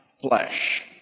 flesh